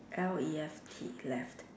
L E F T left